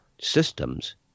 systems